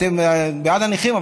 אתם בעד הנכים,